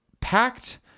packed